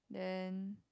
then